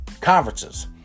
conferences